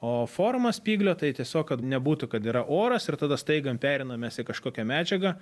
o forma spyglio tai tiesiog kad nebūtų kad yra oras ir tada staigiai pereinam mes į kažkokią medžiagą